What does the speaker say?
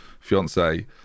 fiance